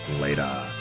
Later